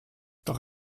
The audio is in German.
doch